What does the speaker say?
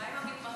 מה עם המתמחים?